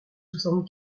soixante